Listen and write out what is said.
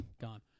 Gone